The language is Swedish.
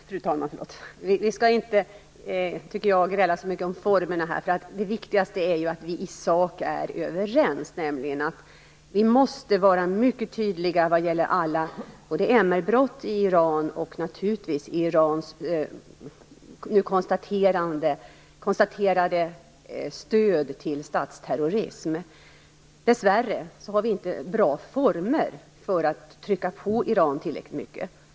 Fru talman! Vi skall inte gräla så mycket om formerna. Det viktigaste är att vi i sak är överens, nämligen att vi måste vara mycket tydliga vad gäller alla MR-brott i Iran och naturligtvis Irans konstaterade stöd till statsterrorism. Dessvärre har vi inte några bra former för att trycka på Iran tillräckligt mycket.